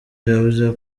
yavuze